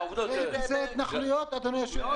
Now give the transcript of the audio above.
זה התנחלויות, אדוני היושב-ראש.